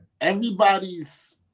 Everybody's